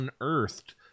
unearthed